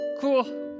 cool